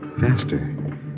Faster